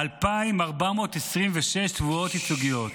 2,426 תביעות ייצוגיות,